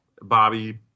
Bobby